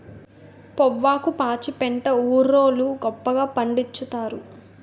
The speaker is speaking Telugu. పొవ్వాకు పాచిపెంట ఊరోళ్లు గొప్పగా పండిచ్చుతారు